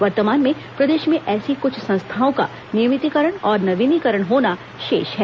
वर्तमान में प्रदेश में ऐसी कुछ संस्थाओं का नियमितीकरण तथा नवीनीकरण होना शेष है